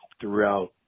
throughout